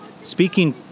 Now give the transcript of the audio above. speaking